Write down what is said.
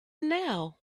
now